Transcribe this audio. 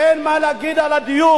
אין מה להגיד על הדיור.